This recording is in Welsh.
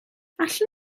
allwn